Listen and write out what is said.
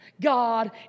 God